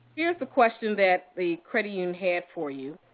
here's a question that the credit union had for you.